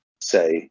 say